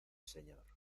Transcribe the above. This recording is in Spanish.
señor